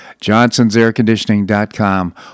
johnsonsairconditioning.com